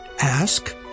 ask